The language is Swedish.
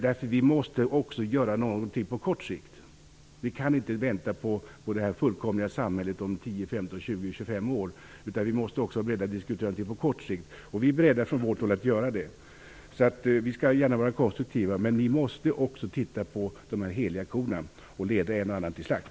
Något måste ju göras även på kort sikt. Vi kan inte vänta på det fullkomliga samhället om 10, 15, 20 eller 25 år, utan vi måste vara beredda att diskutera också saker på kort sikt. Från vårt håll är vi beredda att göra det. Vi är alltså gärna konstruktiva. Men ni måste också titta på de heliga korna och leda en och annan till slakt!